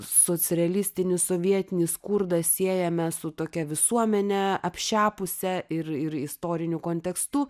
socrealistinį sovietinį skurdą siejame su tokia visuomene apšepusia ir ir istoriniu kontekstu